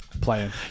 Playing